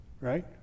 right